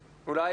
בספיר,